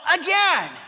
again